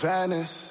Venice